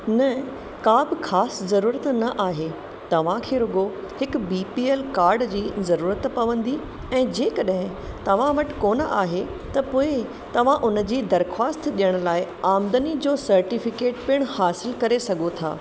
न का बि ख़ासि ज़रुरत न आहे तव्हांखे रुॻो हिकु बी पी एल कार्ड जी ज़रुरत पवंदी ऐं जेकॾहिं तव्हां वटि कोन्ह आहे त पोइ तव्हां उनजी दरख़वास्तु ॾियण लाइ आमदनी जो सर्टीफिकेट पिणु हसिल करे सघो था